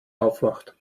aufwacht